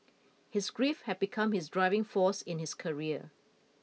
his grief had become his driving force in his career